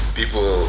people